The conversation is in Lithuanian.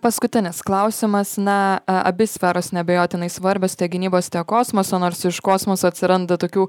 paskutinis klausimas na a abi sferos neabejotinai svarbios tiek gynybos tiek kosmoso nors iš kosmoso atsiranda tokių